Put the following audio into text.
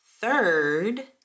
Third